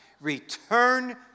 Return